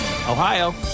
Ohio